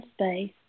space